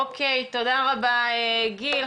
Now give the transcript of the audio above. תודה רבה, גיל.